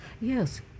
yes